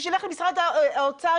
שילך למשרד האוצר,